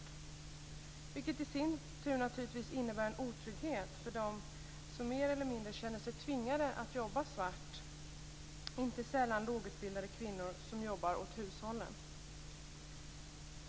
Det innebär i sin tur naturligtvis en otrygghet för dem som mer eller mindre känner sig tvingade att jobba svart, inte sällan lågutbildade kvinnor som jobbar åt hushållen.